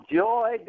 joy